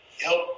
help